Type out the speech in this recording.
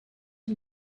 had